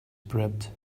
prepped